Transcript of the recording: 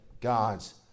God's